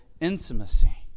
intimacy